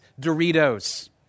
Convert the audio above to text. Doritos